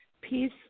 peace